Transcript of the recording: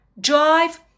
drive